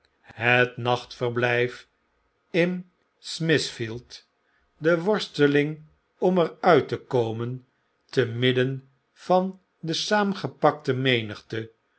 het nachtverblgf in smithfield de worsteling otn er uit te komen te midden van de saamgepakte menigte